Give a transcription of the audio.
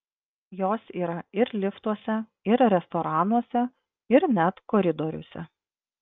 jos yra ir liftuose ir restoranuose ir net koridoriuose